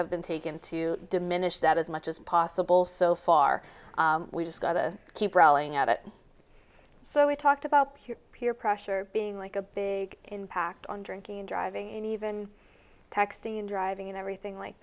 have been taken to diminish that as much as possible so far we've just got to keep rolling at it so we talked about peer peer pressure being like a big impact on drinking and driving and even texting and driving and everything like